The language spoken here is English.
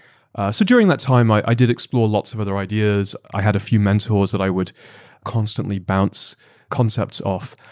so during that time i i did explore a lot of some other ideas. i had a few mentors that i would constantly bounce concepts off.